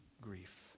grief